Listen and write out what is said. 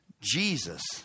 Jesus